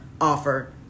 offer